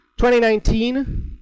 2019